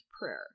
Prayer